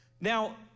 Now